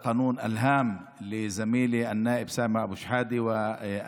החוק החשוב הזה של ידידיי חבר הכנסת סמי אבו שחאדה וחבר